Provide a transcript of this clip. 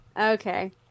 Okay